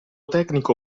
tecnico